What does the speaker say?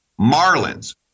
Marlins